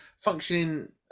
functioning